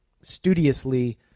studiously